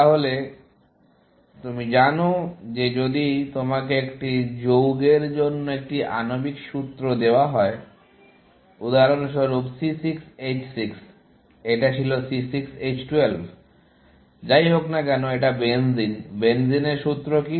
তাহলে তুমি জানো যে যদি তোমাকে একটি যৌগের জন্য একটি আণবিক সূত্র দেওয়া হয় উদাহরণস্বরূপ C6 H6 এটা ছিল C6 H12 যাই হোক না কেন এটা বেনজিন বেনজিনের সূত্র কি